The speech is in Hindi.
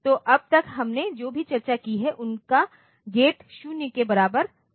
तो अब तक हमने जो भी चर्चा की है उनका गेट 0 के बराबर था